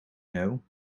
know